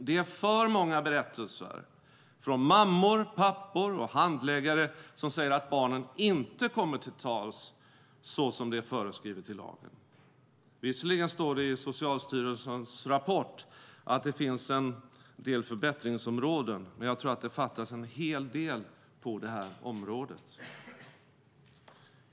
Det är för många berättelser från mammor, pappor och handläggare som säger att barnen inte kommer till tals så som det är föreskrivet i lagen. Visserligen står det i Socialstyrelsens rapport att det finns en del förbättringsområden, men jag tror att det fattas en hel del på det här området.